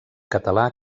català